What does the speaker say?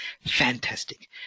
fantastic